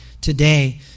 today